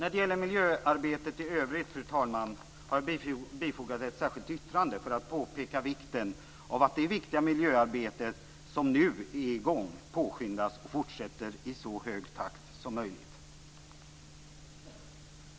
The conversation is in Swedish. När det gäller miljöarbetet i övrigt, fru talman, har jag bifogat ett särskilt yttrande för att påpeka vikten av att det viktiga miljöarbete som nu är i gång påskyndas och fortsätter i så hög takt som möjligt.